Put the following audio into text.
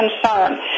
concern